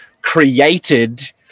created